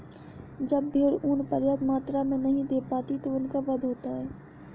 जब भेड़ ऊँन पर्याप्त मात्रा में नहीं दे पाती तो उनका वध होता है